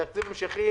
בתקציב המשכי